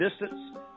distance